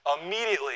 immediately